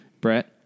Brett